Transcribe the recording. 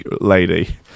lady